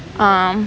um